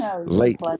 late